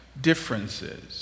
differences